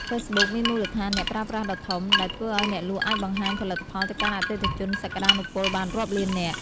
ហ្វេសប៊ុកមានមូលដ្ឋានអ្នកប្រើប្រាស់ដ៏ធំ ដែលធ្វើឱ្យអ្នកលក់អាចបង្ហាញផលិតផលទៅកាន់អតិថិជនសក្តានុពលបានរាប់លាននាក់។